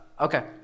Okay